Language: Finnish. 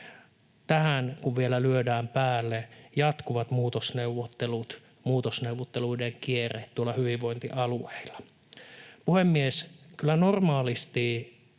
tähän vielä lyödään päälle jatkuvat muutosneuvottelut, muutosneuvotteluiden kierre, hyvinvointialueilla.